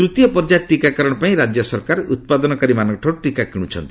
ତୂତୀୟ ପର୍ଯ୍ୟାୟ ଟିକାକରଣ ପାଇଁ ରାଜ୍ୟ ସରକାର ଉତ୍ପାଦନକାରୀ ମାନଙ୍କଠାରୁ ଟିକା କିଣ୍ଡଚ୍ଚନ୍ତି